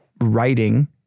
writing